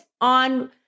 on